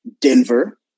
Denver